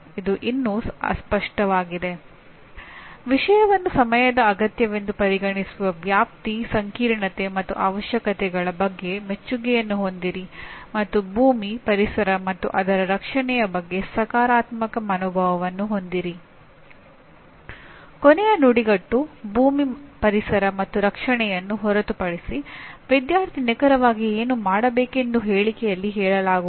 ಆದಾಗ್ಯೂ ಈ ಮಾದರಿಯ ಯಶಸ್ಸು ಉದ್ದೇಶಗಳ ಸೂತ್ರೀಕರಣ ಸರಿಯಾದ ಕಾರ್ಯತಂತ್ರಗಳ ಬಳಕೆ ಮತ್ತು ಮೌಲ್ಯಮಾಪನದ ತಂತ್ರಗಳಂತಹ ಕೌಶಲ್ಯಗಳನ್ನು ಪ್ರದರ್ಶಿಸುವಲ್ಲಿ ಶಿಕ್ಷಕರ ಸಾಮರ್ಥ್ಯ ಎಷ್ಟಿದೆಯೆಂದು ಅವಲಂಬಿಸಿರುತ್ತದೆ